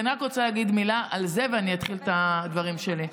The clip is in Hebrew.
אני רוצה להגיד מילה על זה ואני אתחיל את הדברים שלי.